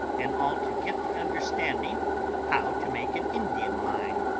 and all to get the understanding how to make an indian mine,